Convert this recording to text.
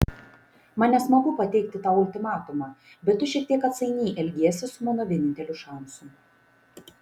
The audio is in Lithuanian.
man nesmagu pateikti tau ultimatumą bet tu šiek tiek atsainiai elgiesi su mano vieninteliu šansu